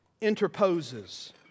interposes